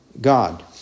God